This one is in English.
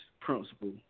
principle